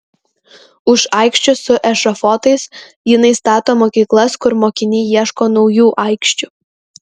už aikščių su ešafotais jinai stato mokyklas kur mokiniai ieško naujų aikščių